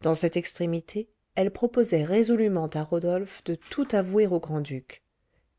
dans cette extrémité elle proposait résolument à rodolphe de tout avouer au grand-duc